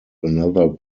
another